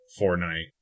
Fortnite